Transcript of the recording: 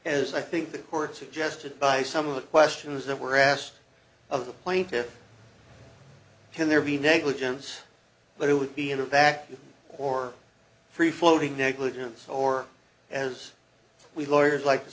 as i think the court suggested by some of the questions that were asked of the plaintiffs can there be negligence but it would be in a vacuum or free floating negligence or as we lawyers like to